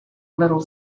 little